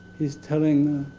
he's telling